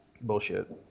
Bullshit